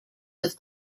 with